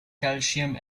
calcium